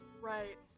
Right